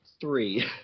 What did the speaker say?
Three